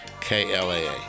KLAA